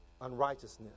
unrighteousness